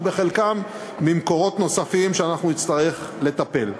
וחלקם ממקורות נוספים שאנחנו נצטרך לטפל.